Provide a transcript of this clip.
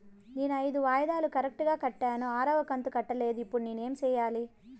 నేను ఐదు వాయిదాలు కరెక్టు గా కట్టాను, ఆరవ కంతు కట్టలేదు, ఇప్పుడు నేను ఏమి సెయ్యాలి?